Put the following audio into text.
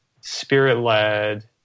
spirit-led